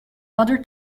other